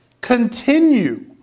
continue